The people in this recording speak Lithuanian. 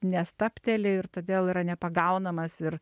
nestabteli ir todėl yra nepagaunamas ir